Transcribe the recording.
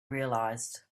realized